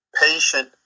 patient